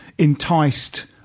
Enticed